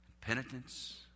penitence